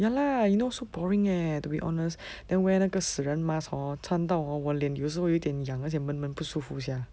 ya lah you know so boring leh to be honest then wear 那个死人 mask hor 穿到 hor 我脸有时候有点痒而且闷闷不舒服 sia